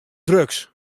drugs